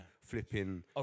flipping